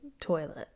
toilet